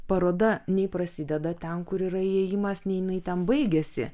paroda nei prasideda ten kur yra įėjimas nei jinai ten baigiasi